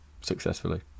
successfully